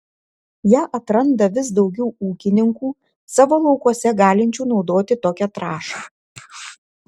ją atranda vis daugiau ūkininkų savo laukuose galinčių naudoti tokią trąšą